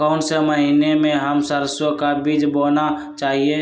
कौन से महीने में हम सरसो का बीज बोना चाहिए?